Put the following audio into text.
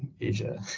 Asia